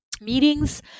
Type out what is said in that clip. meetings